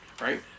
Right